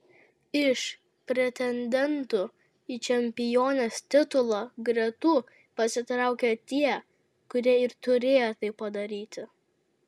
iš pretendentų į čempionės titulą gretų pasitraukė tie kurie ir turėjo tai padaryti